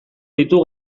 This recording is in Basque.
ditu